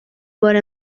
بار